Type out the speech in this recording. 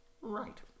Right